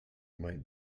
might